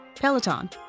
Peloton